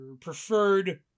preferred